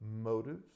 motives